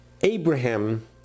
Abraham